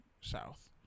South